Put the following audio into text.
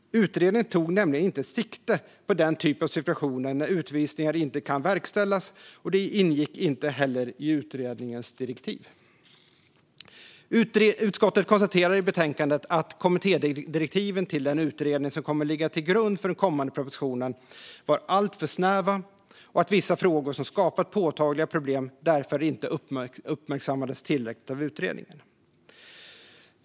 Utredningen tog nämligen inte sikte på den typ av situationer när utvisningar inte kan verkställas, och det ingick inte heller i utredningens direktiv. Utskottet konstaterar i betänkandet att kommittédirektiven till den utredning som kommer att ligga till grund för den kommande propositionen var alltför snäva och att vissa frågor som skapat påtagliga problem därför inte uppmärksammades tillräckligt av utredningen.